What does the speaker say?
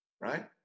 right